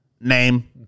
name